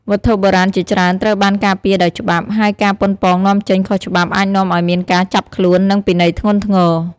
វត្ថុបុរាណជាច្រើនត្រូវបានការពារដោយច្បាប់ ហើយការប៉ុនប៉ងនាំចេញខុសច្បាប់អាចនាំឲ្យមានការចាប់ខ្លួន និងពិន័យធ្ងន់ធ្ងរ។